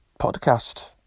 Podcast